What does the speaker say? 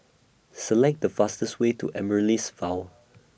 Select The fastest Way to Amaryllis vow